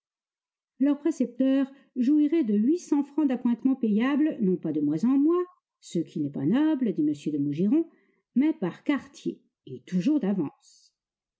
leur précepteur jouirait de huit cents francs d'appointements payables non pas de mois en mois ce qui n'est pas noble dit m de maugiron mais par quartier et toujours d'avance